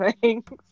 Thanks